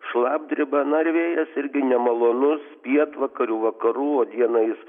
šlapdriba na ir vėjas irgi nemalonus pietvakarių vakarų o dieną jis